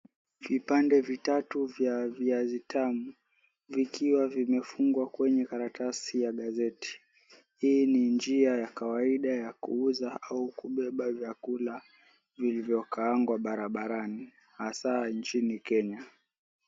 Vipande vitatu vya viazi tamu vikiwa vimefungwa kwenye karatasi ya gazeti, hii ni njia ya kawaida ya kuuza au kubeba vyakula vilivyokaangwa barabarani haswaa nchini Kenya.